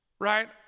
Right